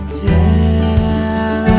tell